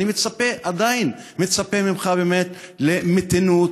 אני עדיין מצפה ממך, באמת, למתינות,